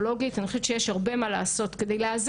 ההיבטים החשובים זה לתת שם לתופעה.